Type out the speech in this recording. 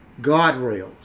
guardrails